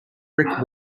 brick